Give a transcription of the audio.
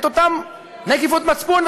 את אותן נקיפות מצפון,